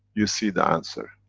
you see the answer,